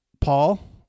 Paul